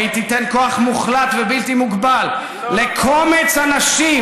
והיא תיתן כוח מוחלט ובלתי מוגבל לקומץ אנשים,